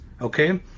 okay